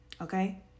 Okay